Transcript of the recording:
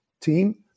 team